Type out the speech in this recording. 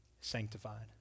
sanctified